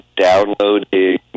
downloading